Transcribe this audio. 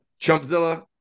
Chumpzilla